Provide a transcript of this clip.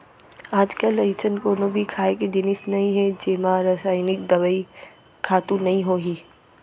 आजकाल अइसन कोनो भी खाए के जिनिस नइ हे जेमा रसइनिक दवई, खातू नइ होही